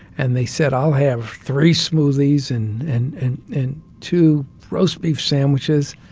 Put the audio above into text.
and they said, i'll have three smoothies and and and two roast beef sandwiches.